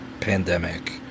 pandemic